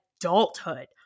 adulthood